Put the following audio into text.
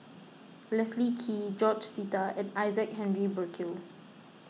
Leslie Kee George Sita and Isaac Henry Burkill